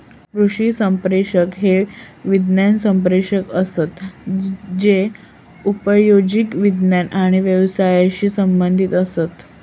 कृषी संप्रेषक हे विज्ञान संप्रेषक असत जे उपयोजित विज्ञान आणि व्यवसायाशी संबंधीत असत